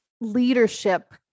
leadership